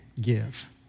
give